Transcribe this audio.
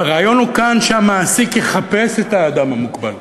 הרעיון כאן הוא שהמעסיק יחפש את האדם המוגבל,